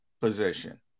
position